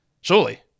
Surely